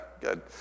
good